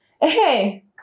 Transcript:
hey